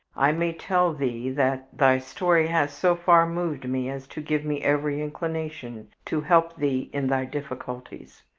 i may tell thee that thy story has so far moved me as to give me every inclination to help thee in thy difficulties,